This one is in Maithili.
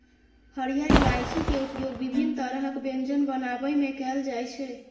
हरियर इलायची के उपयोग विभिन्न तरहक व्यंजन बनाबै मे कैल जाइ छै